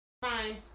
Fine